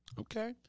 Okay